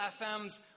FM's